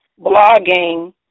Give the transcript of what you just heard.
blogging